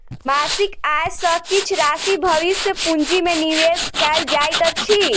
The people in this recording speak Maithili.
मासिक आय सॅ किछ राशि भविष्य पूंजी में निवेश कयल जाइत अछि